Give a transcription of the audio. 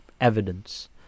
evidence